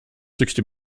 sixty